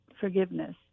forgiveness